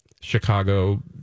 Chicago